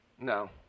No